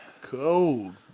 Cold